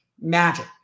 magic